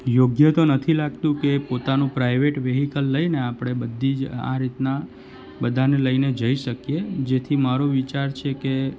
યોગ્ય તો નથી લાગતું કે પોતાનું પ્રાઈવેટ વિહીકલ લઈને આપણે બધી જ આ રીતના બધાને લઈને જઈ શકીએ જેથી મારો વિચાર છે કે